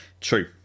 True